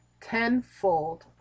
tenfold